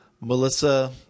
Melissa